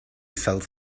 sells